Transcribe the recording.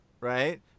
right